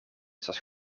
zat